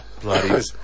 Bloody